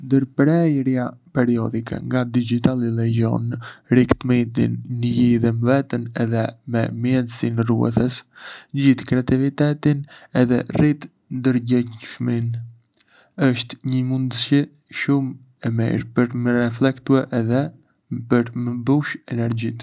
Ndërprerja periodike nga digjitali lejon rikthimin në lidhje me veten edhe me mjedisin rrethues, nxit kreativitetin edhe rrit ndërgjegjësimin. Është një mundësi shumë e mirë për me reflektue edhe për me mbushë energjitë.